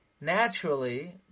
naturally